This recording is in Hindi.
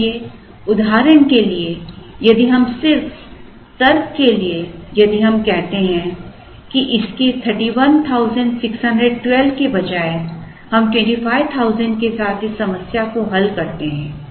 इसलिए उदाहरण के लिए यदि हम सिर्फ तर्क के लिए यदि हम कहते हैं कि इसके 31612 के बजाय हम 25000 के साथ इस समस्या को हल करते हैं